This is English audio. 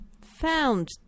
found